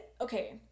okay